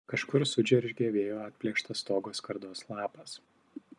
kažkur sudžeržgė vėjo atplėštas stogo skardos lapas